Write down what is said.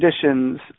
conditions